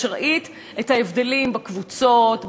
כשראית את ההבדלים בקבוצות,